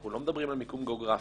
אנחנו לא מדברים על מיקום גאוגרפי,